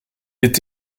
est